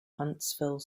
huntsville